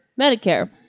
Medicare